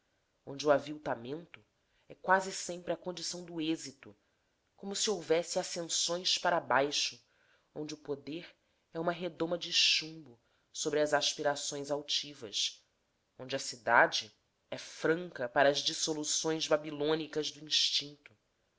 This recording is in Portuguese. onde o aviltamento é quase sempre a condição do êxito como se houvesse ascensões para baixo onde o poder é uma redoma de chumbo sobre as aspirações altivas onde a cidade é franca para as dissoluções babilônicas do instinto